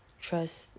Trust